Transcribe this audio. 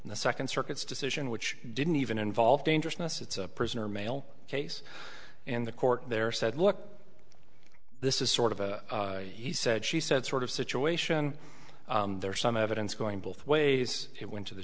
and the second circuit's decision which didn't even involve dangerousness it's a prisoner male case in the court there said look this is sort of a he said she said sort of situation there is some evidence going both ways it went to the